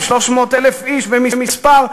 300,000 איש במספר,